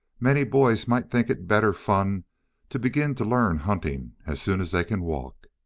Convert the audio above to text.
many boys might think it better fun to begin to learn hunting as soon as they can walk.